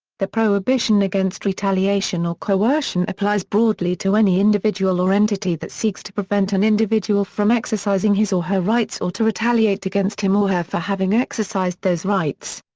the prohibition against retaliation or coercion applies broadly to any individual or entity that seeks to prevent an individual from exercising his or her rights or to retaliate against him or her for having exercised those rights.